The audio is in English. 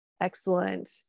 Excellent